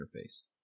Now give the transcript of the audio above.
interface